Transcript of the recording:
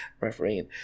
refereeing